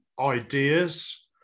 ideas